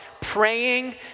praying